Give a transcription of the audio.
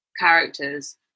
characters